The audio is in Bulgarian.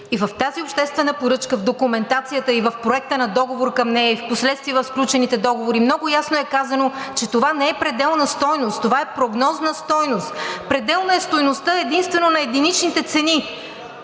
и в тази обществена поръчка, в документацията, и в проекта на договор към нея, и впоследствие в сключените договори много ясно е казано, че това не е пределна стойност, това е прогнозна стойност. Пределна е стойността единствено на единичните цени.